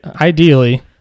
ideally